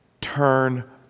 Turn